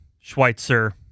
Schweitzer